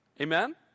amen